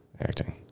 acting